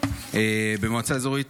במועצה אזורית